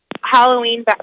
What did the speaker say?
Halloween